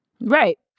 Right